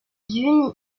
dune